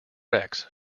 rex